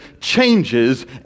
changes